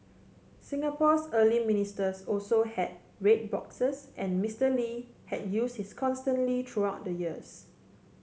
Singapore's early ministers also had red boxes and Mister Lee had used his consistently through the years